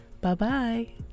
Bye-bye